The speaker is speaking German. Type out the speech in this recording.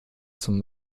zum